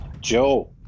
Joe